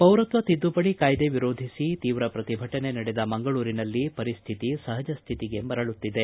ಪೌರತ್ವ ತಿದ್ದುಪಡಿ ಕಾಯ್ದೆ ವಿರೋಧಿಸಿ ತೀವ್ರ ಪ್ರತಿಭಟನೆ ನಡೆದ ಮಂಗಳೂರಿನಲ್ಲಿ ಪರಿಸ್ಟಿತಿ ಸಪಜ ಸ್ಟಿತಿಗೆ ಮರಳುತ್ತಿದೆ